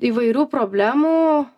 įvairių problemų